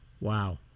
Wow